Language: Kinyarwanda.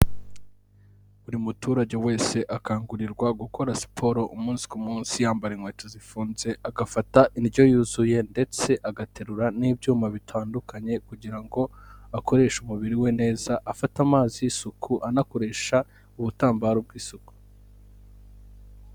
Buri muturage wese akangurirwa gukora siporo umunsi ku munsi, yambara inkweto zifunze, agafata indyo yuzuye ndetse agaterura n'ibyuma bitandukanye kugira ngo akoreshe umubiri we neza, afate amazi y'isuku, anakoresha ubutambaro bw'isuku.